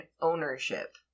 ownership